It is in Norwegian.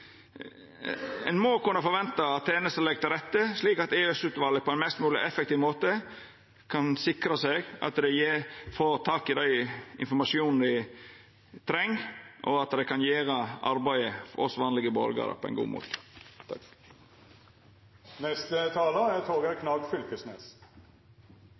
Ein må kunna venta at tenestene legg til rette slik at EOS-utvalet på ein mest mogleg effektiv måte kan sikra seg at det får tak i den informasjonen som det treng, og at det kan gjera arbeidet for oss vanlege borgarar på ein god måte.